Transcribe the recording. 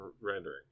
rendering